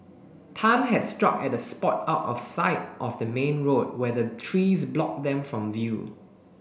Tan had struck at a spot out of sight of the main road where the trees blocked them from view